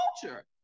culture